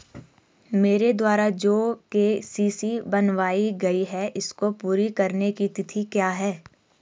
मेरे द्वारा जो के.सी.सी बनवायी गयी है इसको पूरी करने की तिथि क्या है?